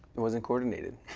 and wasn't coordinated.